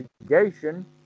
investigation